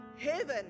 heaven